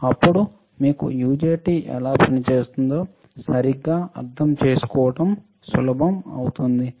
అప్పుడు మీకు యుజెటి ఎలా పనిచేస్తుందో సరిగ్గా అర్థం చేసుకోవడoసులభం అవుతుంది